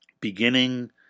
Beginning